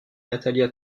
natalia